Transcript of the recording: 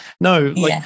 no